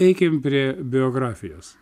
eikim prie biografijos